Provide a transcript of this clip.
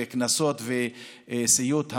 בקנסות ובסיוט ההריסות.